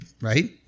right